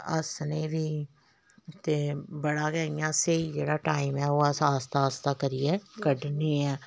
हस्सने बी ते बड़ा गै इ'यां स्हेई जेह्ड़ा टाइम ऐ ओह् अस आस्ता आस्ता करियै कढने ऐं